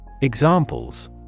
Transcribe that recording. Examples